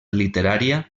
literària